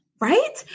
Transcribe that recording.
Right